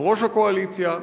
יושב-ראש הקואליציה,